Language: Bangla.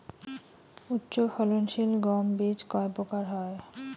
উচ্চ ফলন সিল গম বীজ কয় প্রকার হয়?